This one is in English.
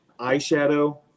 eyeshadow